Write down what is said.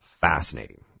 fascinating